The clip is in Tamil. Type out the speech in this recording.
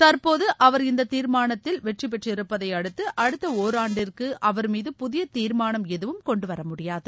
தற்போது அவர் இந்த தீர்மானத்தில் வெற்றிப்பெற்றிருப்பதை அடுத்து அடுத்த ஒராண்டிற்கு அவர் மீது புதிய தீர்மானம் எதுவும் கொண்டுவர முடியாது